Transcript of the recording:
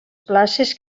places